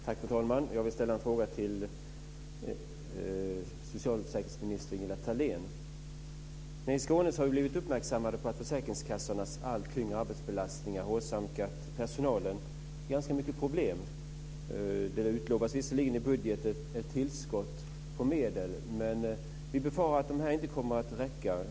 Fru talman! Jag vill ställa en fråga till socialförsäkringsminister Ingela Thalén. I Skåne har vi blivit uppmärksammade på att försäkringskassornas allt tyngre arbetsbelastning åsamkat personalen ganska mycket problem. Det utlovas visserligen i budgeten ett tillskott av medel, men vi befarar att de inte kommer att räcka.